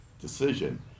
decision